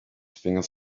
fingers